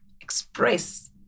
express